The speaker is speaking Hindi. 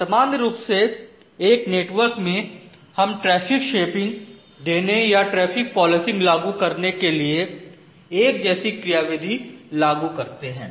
सामान्य रूप से एक नेटवर्क में हम ट्रैफिक शेपिंग देने या ट्रैफिक पोलिसिंग लागू करने के लिए एक जैसी क्रियाविधि लागू करते हैं